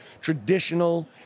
traditional